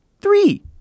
three